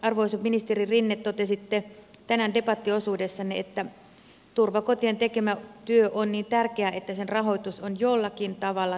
arvoisa ministeri rinne totesitte tänään debattiosuudessanne että turvakotien tekemä työ on niin tärkeää että sen rahoitus on jollakin tavalla turvattava